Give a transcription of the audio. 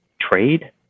Trade